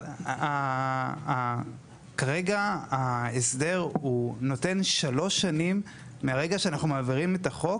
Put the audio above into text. אבל כרגע ההסדר הוא נותן שלוש שנים מהרגע שאנחנו מעבירים את החוק